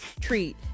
treat